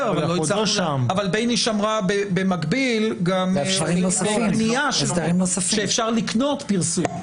אבל בייניש אמרה במקביל שאפשר לקנות פרסום.